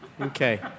Okay